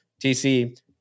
tc